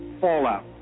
fallout